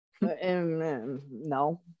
no